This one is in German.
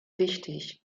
wichtig